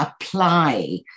apply